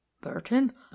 Burton